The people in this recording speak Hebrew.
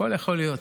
הכול יכול להיות,